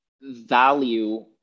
value